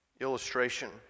illustration